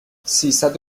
سیصد